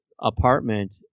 apartment